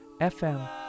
FM